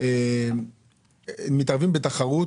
פה בתחרות?